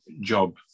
job